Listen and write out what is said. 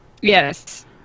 Yes